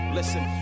listen